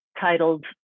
titled